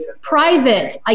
Private